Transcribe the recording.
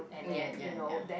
ya ya ya